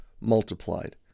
multiplied